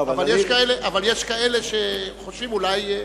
אבל יש כאלה שחושבים אולי,